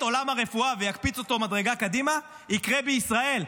עולם הרפואה ויקפיץ אותו מדרגה קדימה יקרה בישראל.